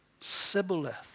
Sibboleth